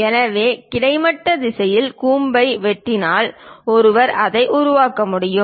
எனவே கிடைமட்ட திசையில் கூம்பை வெட்டினால் ஒருவர் அதை உருவாக்க முடியும்